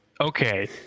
Okay